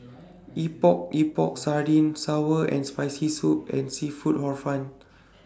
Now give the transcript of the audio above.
Epok Epok Sardin Sour and Spicy Soup and Seafood Hor Fun